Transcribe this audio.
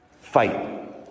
Fight